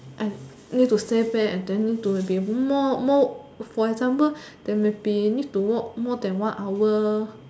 need to stay back and then need to be more more for example they maybe need to work more than one hour